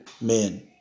men